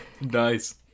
Nice